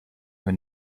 even